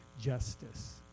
justice